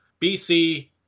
BC